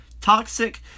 Toxic